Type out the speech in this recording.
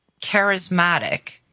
charismatic